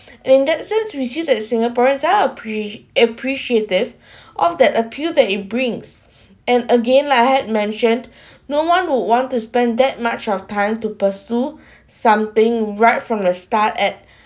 and in that sense we see that singaporeans are apre~ appreciative of that appeal that it brings and again like I had mentioned no one would want to spend that much of time to pursue something right from the start at